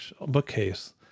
bookcase